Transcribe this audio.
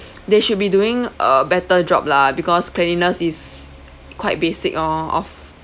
they should be doing a better job lah because cleanliness is quite basic oh of